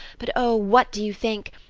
but oh, what do you think?